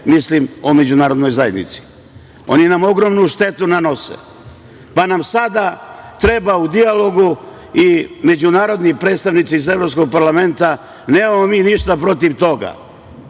Mislim o Međunarodnoj zajednici. Oni nam ogromnu štetu nanose. Pa nam sada treba u dijalogu i međunarodni predstavnici iz Evropskog parlamenta. Nemamo mi ništa protiv toga,